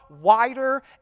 wider